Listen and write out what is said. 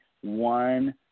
one